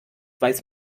weiß